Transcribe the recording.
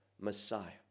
messiah